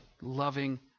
loving